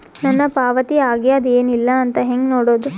ನನ್ನ ಪಾವತಿ ಆಗ್ಯಾದ ಏನ್ ಇಲ್ಲ ಅಂತ ಹೆಂಗ ನೋಡುದು?